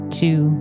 two